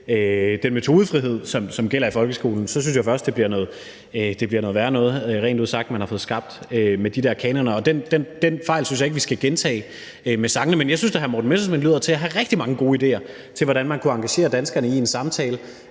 den metodefrihed, som gælder i folkeskolen, synes jeg først, det bliver noget værre noget rent ud sagt, man har fået skabt med de der kanoner. Den fejl synes jeg ikke vi skal gentage med sangene. Men jeg synes da, hr. Morten Messerschmidt lyder til at have rigtig mange gode idéer til, hvordan man kunne engagere danskere i en samtale